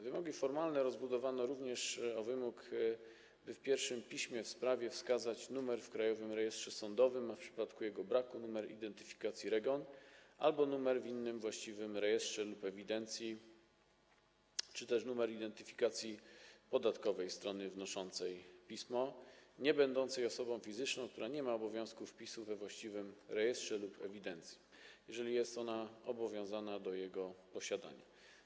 Wymogi formalne rozbudowano również o wymóg dotyczący tego, aby w pierwszym piśmie w sprawie wskazać numer w Krajowym Rejestrze Sądowym, a w przypadku jego braku - numer identyfikacyjny REGON albo numer w innym właściwym rejestrze lub w ewidencji, albo numer identyfikacji podatkowej strony wnoszącej pismo, niebędącej osobą fizyczną, która nie ma obowiązku dokonywania wpisu we właściwym rejestrze lub w ewidencji, jeżeli jest ona obowiązana do jego posiadania.